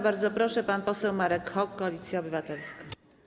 Bardzo proszę, pan poseł Marek Hok, Koalicja Obywatelska.